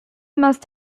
must